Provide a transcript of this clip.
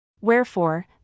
Wherefore